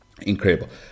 incredible